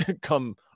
come